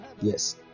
yes